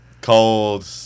Cold